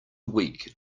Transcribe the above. weak